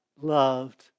loved